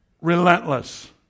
Relentless